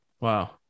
Wow